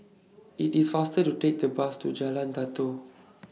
IT IS faster to Take The Bus to Jalan Datoh